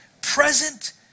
Present